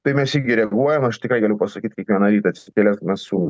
tai mes irgi reaguojam aš tikrai galiu pasakyt kiekvieną rytą atsikėlęs mes su